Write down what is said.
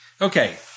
Okay